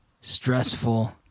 stressful